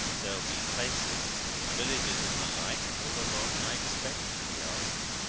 there'll be places villages and the like all along, i expect? he asked.